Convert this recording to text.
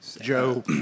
Joe